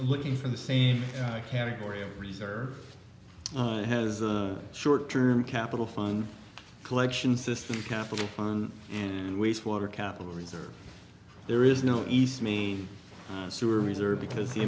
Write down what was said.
i'm looking for the same category of reserve has the short term capital fund collection system capital fund and wastewater capital reserves there is no east me sewer reserve because the